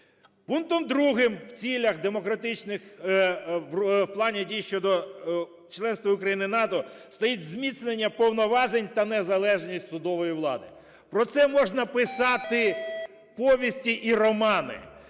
Пунктом другим в цілях демократичних… в плані дій щодо членства України в НАТО стоїть зміцнення повноважень та незалежність судової влади. Про це можна писати повісті і романи,